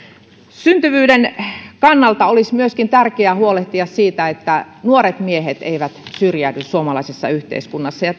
syntyvyyden kannalta olisi myöskin tärkeää huolehtia siitä että nuoret miehet eivät syrjäydy suomalaisessa yhteiskunnassa ja